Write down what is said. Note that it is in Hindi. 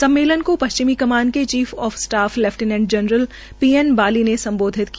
सम्मेलन को पश्चिमी कमान के ची आ स्टा लै जनरल पी एन बाली ने सम्बोधित किया